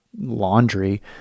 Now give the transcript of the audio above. laundry